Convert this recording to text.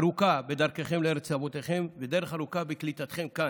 ארוכה בדרככם לארץ אבותיכם ודרך ארוכה בקליטתכם כאן,